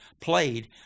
played